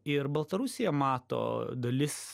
ir baltarusija mato dalis